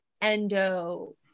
endo